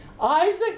Isaac